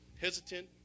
hesitant